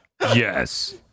yes